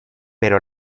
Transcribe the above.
pero